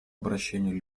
обращению